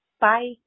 Bye